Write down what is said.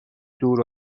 دور